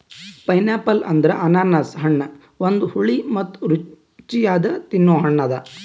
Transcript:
pineapple ಅಂದುರ್ ಅನಾನಸ್ ಹಣ್ಣ ಒಂದು ಹುಳಿ ಮತ್ತ ರುಚಿಯಾದ ತಿನ್ನೊ ಹಣ್ಣ ಅದಾ